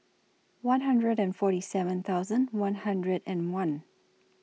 one hundred and forty seven thousand one hundred and one